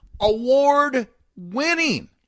award-winning